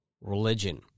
religion